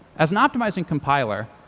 as an optimizing compiler,